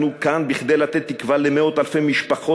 אנחנו כאן כדי לתת תקווה למאות-אלפי משפחות